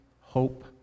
hope